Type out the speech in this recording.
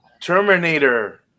terminator